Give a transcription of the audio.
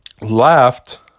left